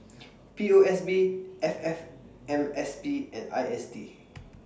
P O S B F F M S B and I S D